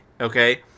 okay